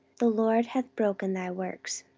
the lord hath broken thy works.